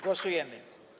Głosujemy.